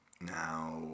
Now